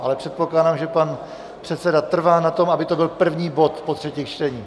Ale předpokládám, že pan předseda trvá na tom, aby to byl první bod po třetích čteních.